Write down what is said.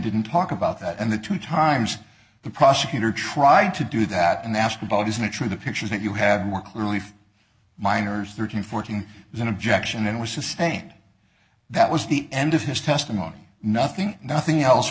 didn't talk about that and the two times the prosecutor tried to do that and they asked about isn't it true the pictures that you have more clearly for minors thirteen fourteen is an objection it was sustained that was the end of his testimony nothing nothing else